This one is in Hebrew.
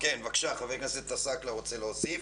חבר הכנסת עסאקלה רוצה להוסיף.